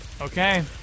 Okay